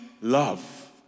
love